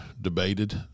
debated